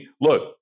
look